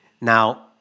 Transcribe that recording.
Now